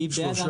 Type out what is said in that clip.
נגד